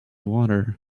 water